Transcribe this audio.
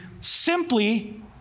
simply